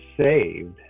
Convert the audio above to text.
saved